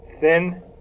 thin